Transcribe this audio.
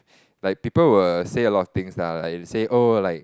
like people will say a lot of things lah like say oh like